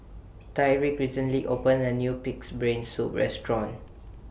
Tyriq recently opened A New Pig'S Brain Soup Restaurant